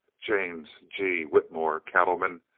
james g. whitmore, cattleman,